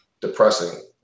depressing